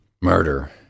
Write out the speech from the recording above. Murder